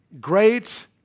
great